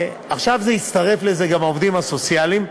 עכשיו הצטרף לזה גם עניין העובדים הסוציאליים,